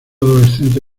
adolescente